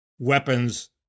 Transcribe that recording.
weapons